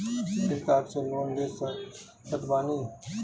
Credit card से loan ले सकत बानी?